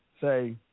Say